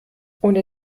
ohne